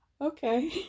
Okay